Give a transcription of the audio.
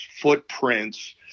footprints